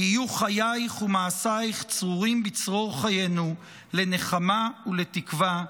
יהיו חייך ומעשייך צרורים בצרור חיינו לנחמה ולתקווה.